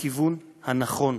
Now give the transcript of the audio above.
לכיוון הנכון.